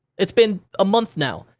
it's been a month now.